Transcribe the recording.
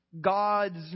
God's